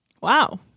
Wow